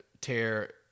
tear